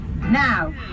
now